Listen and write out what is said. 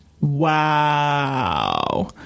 Wow